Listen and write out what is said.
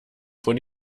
von